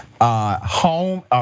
Home